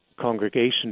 congregation